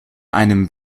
einem